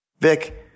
Vic